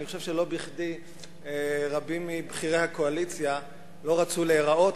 ואני חושב שלא בכדי רבים מבכירי הקואליציה לא רצו להיראות,